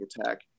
attack